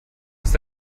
ist